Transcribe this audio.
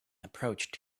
approached